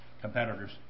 competitors